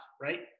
Right